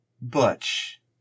butch